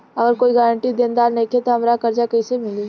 अगर कोई गारंटी देनदार नईखे त हमरा कर्जा कैसे मिली?